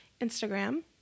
Instagram